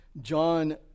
John